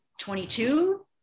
22